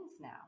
now